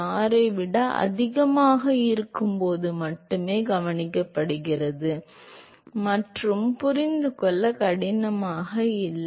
6 ஐ விட அதிகமாக இருக்கும்போது மட்டுமே கவனிக்கப்படுகிறதுமற்றும் புரிந்து கொள்ள கடினமாக இல்லை